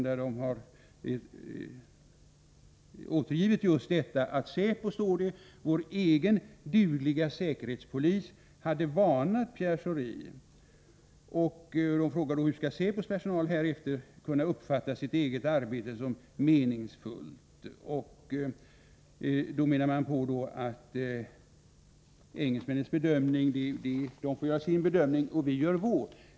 Tidningen har återgivit just att säpo, vår egen dugliga säkerhetspolis, hade varnat Pierre Schori. Tidningen frågar hur säpos personal härefter skall kunna uppfatta sitt eget arbete som meningsfullt. Det har sagts att engelsmännen får göra sin bedömning och vi vår.